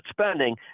spending